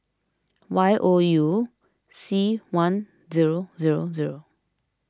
Y O U C one zero zero zero